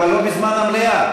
אבל לא בזמן המליאה.